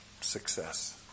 success